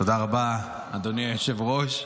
תודה רבה, אדוני היושב-ראש.